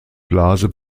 blase